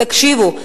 תקשיבו,